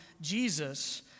Jesus